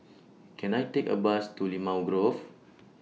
Can I Take A Bus to Limau Grove